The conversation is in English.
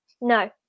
No